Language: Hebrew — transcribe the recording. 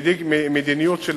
והנהיג מדיניות של